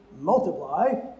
multiply